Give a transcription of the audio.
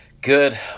Good